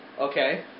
Okay